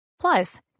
Plus